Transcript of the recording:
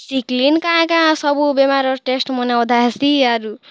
sickling କାଁ କାଁ ସବୁ ବେମାରର୍ ଟେଷ୍ଟ୍ମନେ ଅଧା ହେସି ଆରୁ